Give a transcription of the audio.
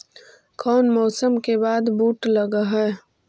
कोन मौसम के बाद बुट लग है?